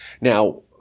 Now